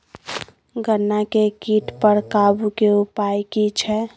गन्ना के कीट पर काबू के उपाय की छिये?